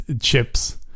chips